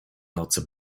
nocy